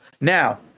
Now